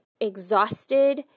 exhausted